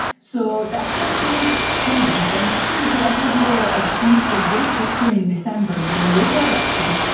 so that's when things changed, and actually nicolas maduro achieved a great victory in december during local elections,